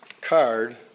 card